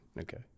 Okay